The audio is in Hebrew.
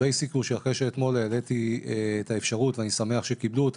הבייסיק הוא שאחרי שאתמול העליתי את האפשרות ואני שמח שקיבלו אותה,